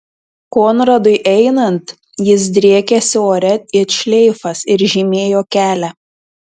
konradui einant jis driekėsi ore it šleifas ir žymėjo kelią